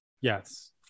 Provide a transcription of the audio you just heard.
yes